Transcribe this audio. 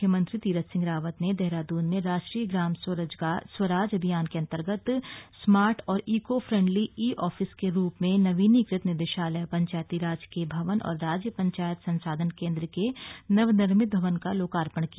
मुख्यमंत्री तीरथ सिंह रावत ने देहरादून में राष्ट्रीय ग्राम स्वराज अभियान के अन्तर्गत स्मार्ट और ईको फ्रेंडली ई आफिस के रूप में नवीनीकृत निदेशालय पंचायतीराज के भवन और राज्य पंचायत संसाधन केंद्र के नवनिर्मित भवन का लोकार्पण किया